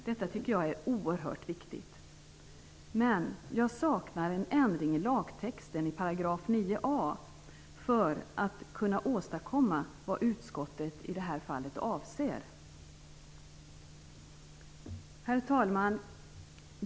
Detta tycker jag är oerhört viktigt, men jag saknar en ändring i lagtexten i § 9 a för att man skall kunna åstadkomma vad utskottet i detta fall avser. Herr talman!